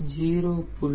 0